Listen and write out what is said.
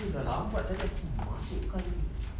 eh dah lambat masukkan ni